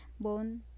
bone